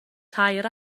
tair